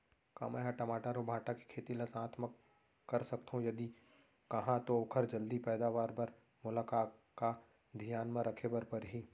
का मै ह टमाटर अऊ भांटा के खेती ला साथ मा कर सकथो, यदि कहाँ तो ओखर जलदी पैदावार बर मोला का का धियान मा रखे बर परही?